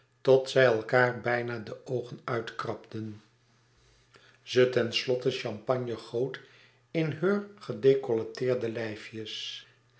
tot zij elkaâr bijna de oogen uitkrabden ze ten slotte champagne goot in heur gedecolleteerde lijfjes